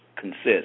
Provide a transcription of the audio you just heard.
consists